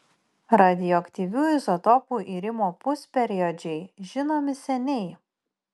radioaktyvių izotopų irimo pusperiodžiai žinomi seniai